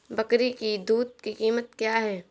बकरी की दूध की कीमत क्या है?